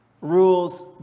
Rules